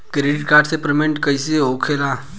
Credit card से payment कईसे होखेला?